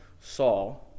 Saul